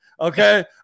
Okay